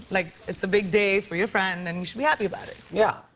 like, it's a big day for your friend and you should be happy about it. yeah,